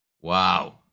Wow